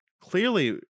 clearly